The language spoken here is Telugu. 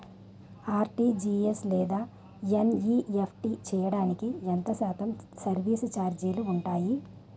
ఆర్.టి.జి.ఎస్ లేదా ఎన్.ఈ.ఎఫ్.టి చేయడానికి ఎంత శాతం సర్విస్ ఛార్జీలు ఉంటాయి?